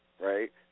Right